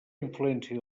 influència